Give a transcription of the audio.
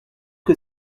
que